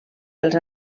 els